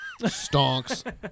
Stonks